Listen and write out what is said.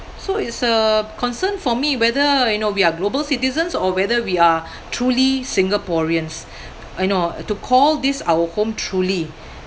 so it's a concern for me whether you know we are global citizens or whether we are truly singaporeans I know to call this our home truly